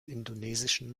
indonesischen